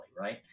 right